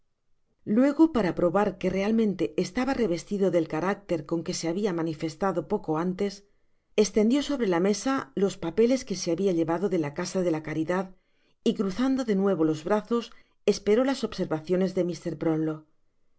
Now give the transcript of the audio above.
luego para probar que realmente estaba revestido del carácter con que se habia manifestado poco antes estendió sobre la mesa los papeles que se habia lie vado de la casa de la caridad y cruzando de niuvo los brazos esperó las observaciones de mr